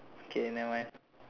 okay never mind